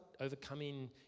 overcoming